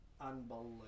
unbelievable